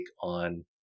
on